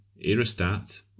aerostat